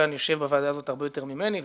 כאן יושב בוועדה הזאת הרבה יותר ממני,